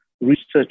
research